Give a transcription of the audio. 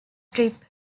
strip